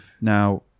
Now